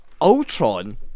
Ultron